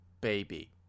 baby